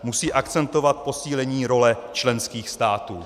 Musí akcentovat posílení role členských států.